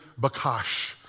bakash